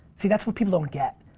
see, that's what people don't get.